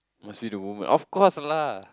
must be the woman of course lah